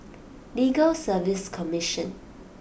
Legal Service Commission